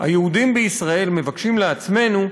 היהודים בישראל, מבקשים לעצמנו,